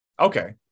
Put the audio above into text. Okay